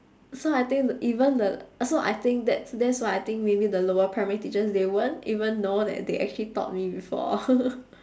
so I think th~ even the so I think that's that's why I think maybe the lower primary teachers they won't even know that they actually taught me before